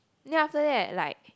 then after that like